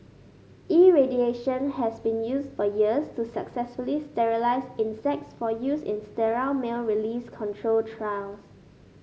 irradiation has been used for years to successfully sterilise insects for use in sterile male release control trials